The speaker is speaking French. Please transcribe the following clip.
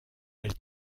elle